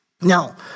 Now